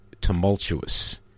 tumultuous